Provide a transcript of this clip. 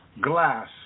glass